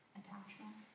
attachment